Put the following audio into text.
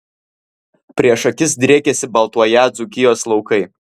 prieš akis driekėsi baltuoją dzūkijos laukai